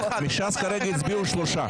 הצביעו כרגע שלושה.